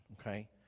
okay